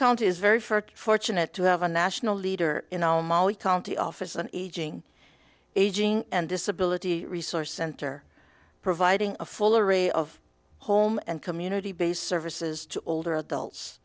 county is very for fortunate to have a national leader in oh molly county office on aging aging and disability resource center providing a full array of home and community based services to older adults